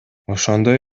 ошондой